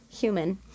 human